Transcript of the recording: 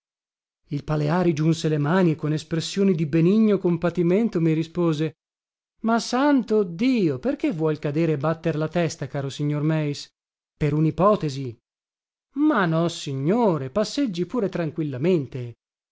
il paleari giunse le mani e con espressione di benigno compatimento mi rispose ma santo dio perché vuol cadere e batter la testa caro signor meis per unipotesi ma nossignore passeggi pure tranquillamente